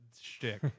shtick